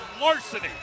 larceny